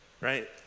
right